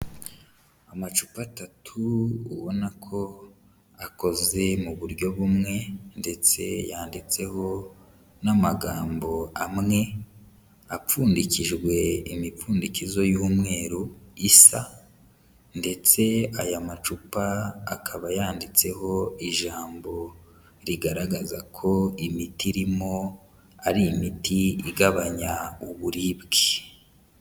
Amacupa atatu ubona ko akoze mu buryo bumwe ndetse yanditseho n'amagambo amwe, apfundikijwe imipfundikizo y'umweru isa ndetse aya macupa akaba yanditseho ijambo rigaragaza ko imiti irimo ari imiti igabanya uburibwe.